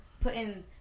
Putting